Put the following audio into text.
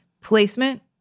placement